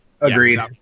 Agreed